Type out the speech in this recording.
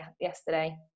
yesterday